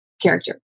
character